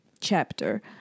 chapter